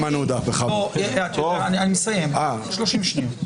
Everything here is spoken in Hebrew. תשמע, דגל פלסטין משגע את כולם, נותן לאנשים לרוץ,